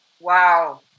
Wow